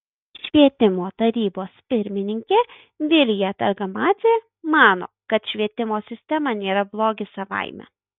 švietimo tarybos pirmininkė vilija targamadzė mano kad švietimo sistema nėra blogis savaime